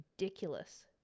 ridiculous